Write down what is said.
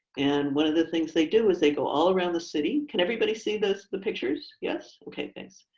and one of the things they do is they go all around the city. can everybody see this? the pictures? yes. okay, thanks.